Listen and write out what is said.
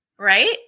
right